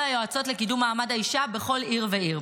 היועצות לקידום מעמד האישה בכל עיר ועיר.